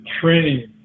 training